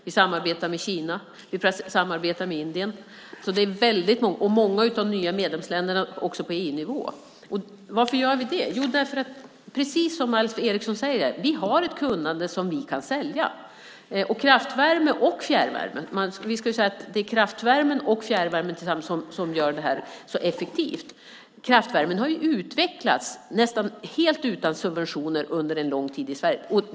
Vidare samarbetar vi med Kina och Indien. Det är alltså väldigt många som vi samarbetar med. Det gäller också många av de nya medlemsländerna på EU-nivå. Varför gör vi då detta? Jo, precis som Alf Eriksson säger har vi ett kunnande som vi kan sälja. Kraftvärmen och fjärrvärmen tillsammans gör det hela så effektivt. Kraftvärmen har ju under en lång tid nästan helt utan subventioner utvecklats i Sverige.